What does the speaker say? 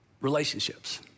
relationships